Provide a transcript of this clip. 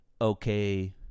okay